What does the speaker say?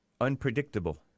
unpredictable